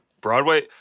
Broadway